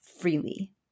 freely